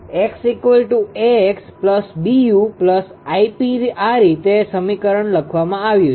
𝑋̇𝐴𝑥 𝐵𝑢 Γ𝑝 આ રીતે આ સમીકરણ લખવામાં આવ્યું છે